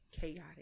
chaotic